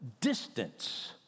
distance